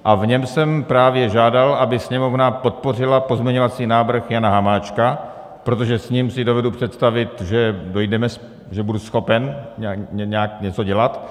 V něm jsem právě žádal, aby Sněmovna podpořila pozměňovací návrh Jana Hamáčka, protože s ním si dovedu představit, že dojdeme... že budu schopen něco dělat.